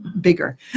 bigger